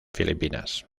filipinas